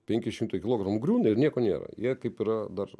penki šimtai kilogramų griūna ir nieko nėra jie kaip yra dar